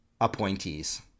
appointees